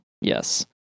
yes